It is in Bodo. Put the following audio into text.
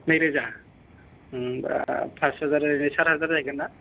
नै रोजा होमबा पास हाजार ओरै साट हाजार जाहैगोनना